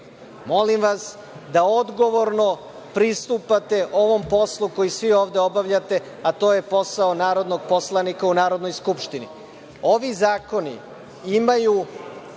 vas da odgovorno pristupate ovom poslu koji svi ovde obavljate, a to je posao narodnog poslanika u Narodnoj skupštini. Ovi zakoni imaju